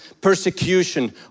persecution